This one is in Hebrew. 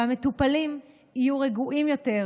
והמטופלים יהיו רגועים יותר,